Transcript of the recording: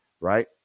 right